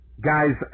guys